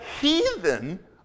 heathen